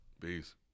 Peace